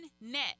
net